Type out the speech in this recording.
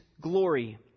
glory